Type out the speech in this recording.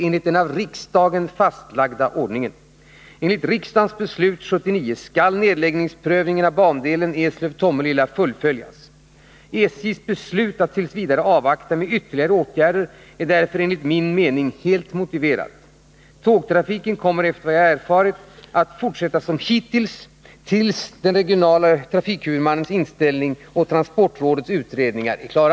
Enligt riksdagens beslut år 1979 skall nedläggningsprövningen av bandelen Eslöv-Tomelilla fullföljas. SJ:s beslut att t. v. avvakta med ytterligare åtgärder är därför enligt min mening helt motiverat. Tågtrafiken kommer efter vad jag erfarit att fortsätta som hittills i avvaktan på den regionala trafikhuvudmannens inställning och transportrådets utredningar.